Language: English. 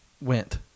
went